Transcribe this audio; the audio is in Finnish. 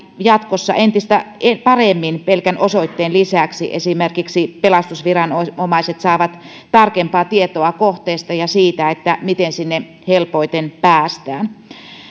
jatkossa entistä paremmin pelkän osoitteen lisäksi esimerkiksi pelastusviranomaiset saavat tarkempaa tietoa kohteesta ja siitä miten sinne helpoiten päästään